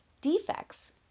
defects